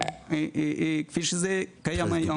כפי שזה קיים היום.